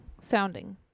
sounding